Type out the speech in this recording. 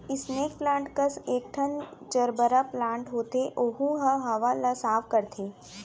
snake plant कस एकठन gerbera plant होथे ओहू ह हवा ल साफ करथे